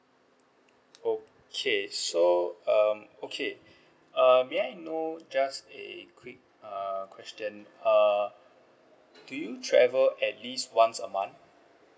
okay so um okay um may I know just a quick uh question uh do you travel at least once a month